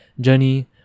journey